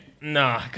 No